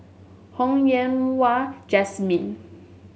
Ho Yen Wah Jesmine